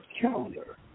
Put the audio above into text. calendar